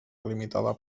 delimitada